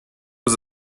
was